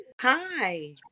Hi